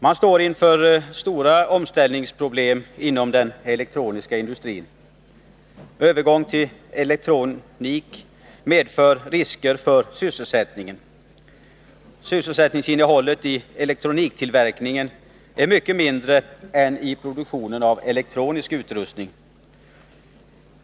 Den elektroniska industrin står inför stora omställningsproblem. Övergång till elektronik medför risker för sysselsättningen. Sysselsättningsinnehållet i elektroniktillverkningen är mycket mindre än i produktionen av elektromekanisk utrustning.